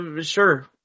Sure